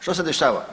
Što se dešava?